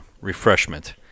refreshment